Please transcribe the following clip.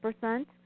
percent